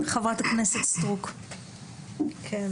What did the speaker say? חברת הכנסת סטרוק, בבקשה.